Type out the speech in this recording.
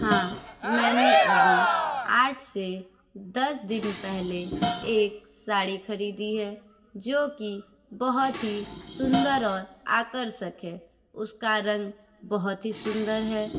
हाँ मैने अभी आठ से दस दिन पहले एक साड़ी खरीदी है जो कि बहुत ही सुन्दर और आकर्षक है उसका रंग बहुत ही सुन्दर है